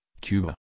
Cuba